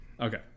Okay